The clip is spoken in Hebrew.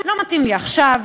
לא מתאים לי עכשיו.